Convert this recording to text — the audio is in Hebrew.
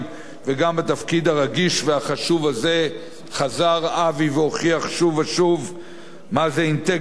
וגם בתפקיד הרגיש והחשוב הזה חזר אבי והוכיח שוב ושוב מה זה אינטגריטי,